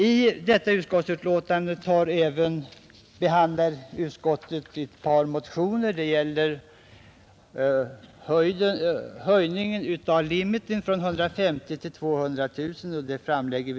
I detta utskottsbetänkande behandlas även ett par motioner som gäller höjning av limiten från 150 000 till 200 000 kronor.